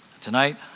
Tonight